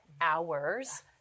hours